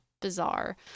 bizarre